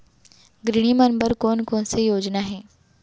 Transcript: गृहिणी मन बर कोन कोन से योजना हे?